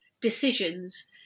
decisions